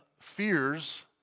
fears